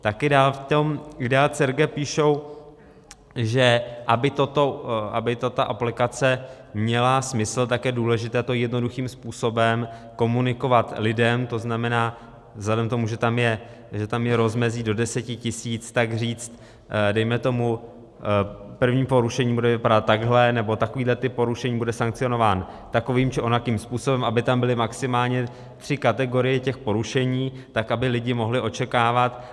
Taky dál v tom IDEA CERGE píšou, že aby tato aplikace měla smysl, tak je důležité to jednoduchým způsobem komunikovat lidem, tzn. vzhledem k tomu, že tam je rozmezí do 10 tisíc, tak říct dejme tomu první porušení bude vypadat takhle nebo takovýhle typ porušení bude sankcionován takovým či onakým způsobem, aby tam byly maximálně tři kategorie těch porušení tak, aby lidi mohli očekávat.